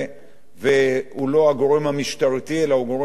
הוא לא הגורם המשטרתי, אלא הוא גורם מחוץ למשטרה.